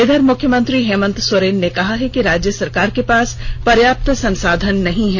इधर मुख्यमंत्री हेमंत सोरेन ने कहा है कि राज्य सरकार के पास पर्याप्त संसाधन नहीं हैं